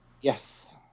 yes